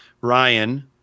Ryan